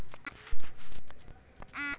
राष्ट्रीय खेती बाजार किसानन खातिर ऑनलाइन बजार हौ